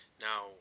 Now